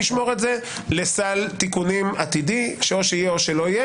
נשאיר את זה לסל תיקונים עתידי שיהיה או לא.